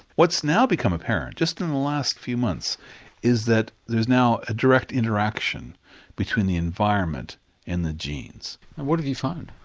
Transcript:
what's now become apparent just in the last few months is that there is now a direct interaction between the environment and the genes. and what have you found?